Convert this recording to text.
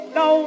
no